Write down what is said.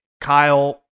Kyle